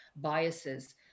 biases